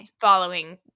following –